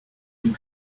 you